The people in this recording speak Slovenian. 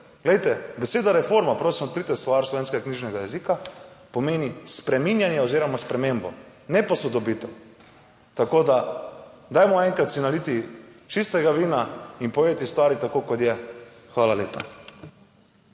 Glejte, beseda reforma - prosim, odprite Slovar slovenskega knjižnega jezika - pomeni spreminjanje oziroma spremembo, ne posodobitev. Tako si dajmo enkrat naliti čistega vina in povedati stvari tako, kot so. Hvala lepa.